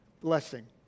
blessing